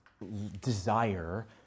desire